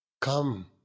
come